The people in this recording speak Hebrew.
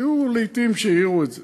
היו לעתים שהעירו את זה.